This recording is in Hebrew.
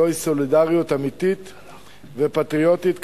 זוהי סולידריות אמיתית ופטריוטית.